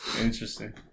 Interesting